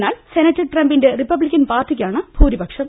എന്നാൽ സെനറ്റിൽ ട്രംപിന്റെ റിപ്പ ബ്ലിക്കൻ പാർട്ടിക്കാണ് ഭൂരിപക്ഷം